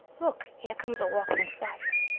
look, here comes a walking fire.